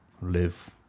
live